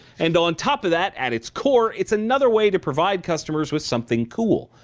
and on top of that, at its core, it's another way to provide consumers with something cool.